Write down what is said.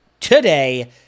Today